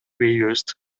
reused